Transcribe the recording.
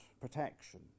protection